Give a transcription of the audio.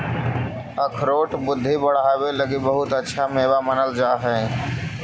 अखरोट बुद्धि बढ़ावे लगी बहुत अच्छा मेवा मानल जा हई